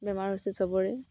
বেমাৰ হৈছিল চবৰে